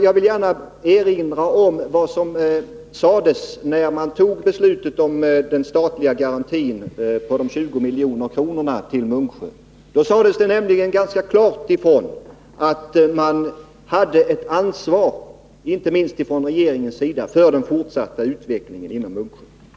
Jag vill gärna erinra om vad som sades när man fattade beslutet om garantin på 20 milj.kr. till Munksjö. Då sades det nämligen ganska klart ifrån att inte minst regeringen har ett ansvar för den fortsatta utvecklingen inom Munksjö.